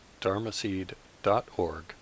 dharmaseed.org